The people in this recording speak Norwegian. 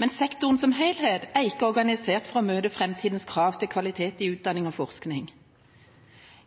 men sektoren som helhet er ikke organisert for å møte framtidas krav til kvalitet i utdanning og forskning.